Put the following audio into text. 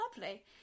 lovely